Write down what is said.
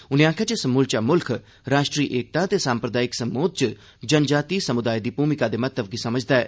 उनें आखेआ जे समूलचा मुल्ख राष्ट्री एकता ते साम्प्रदायिक सम्बोध च जनजातीय समुदाय दी भूमिका दे महत्व गी समझदा ऐ